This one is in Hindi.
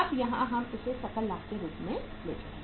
अब यहाँ हम इसे सकल लाभ के रूप में लेते हैं